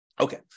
Okay